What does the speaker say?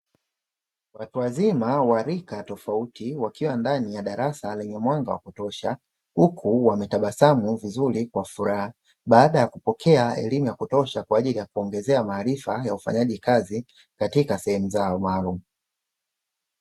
Watu wazima wa rika tofauti wakiwa ndani ya darasa lenye mwanga wa kutosha, huku wametabasamu vizuri kwa furaha baada ya kupokea elimu ya kutosha kwa ajili ya kuongezea maarifa ya ufanyaji kazi katika sehemu zao maalumu.